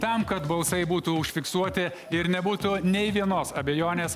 tam kad balsai būtų užfiksuoti ir nebūtų nei vienos abejonės